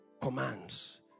commands